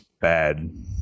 bad